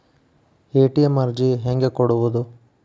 ATM ಅರ್ಜಿ ಹೆಂಗೆ ಕೊಡುವುದು?